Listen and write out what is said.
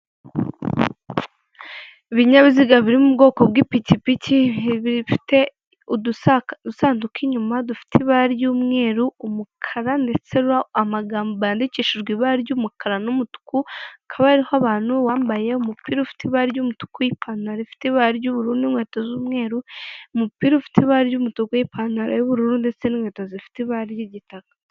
Ibinyabiziga biri mu bwoko bw'ipikipiki bibiri fite udusanduku inyuma dufite ibara ry'umweru n'umukara ndetse yandikishijwe ibara ry'umukara n'umutuku kaba ariho abantu wambaye umupira ufite ibara ry'umutuku n'ipantaro ifite ibara ry'ubururu n'inkweto z'umweru umupira ufite ibara ry'umutuku w'ipantaro y'ubururu ndetse n'inkweto zifite ibara ry'igitaka.